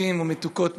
מתוקים ומתוקות,